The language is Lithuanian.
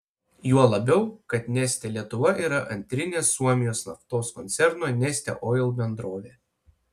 juo labiau kad neste lietuva yra antrinė suomijos naftos koncerno neste oil bendrovė